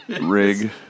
rig